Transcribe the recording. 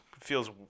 feels